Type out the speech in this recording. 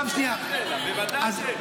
בוודאי.